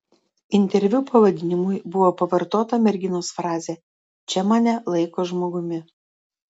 interviu pavadinimui buvo pavartota merginos frazė čia mane laiko žmogumi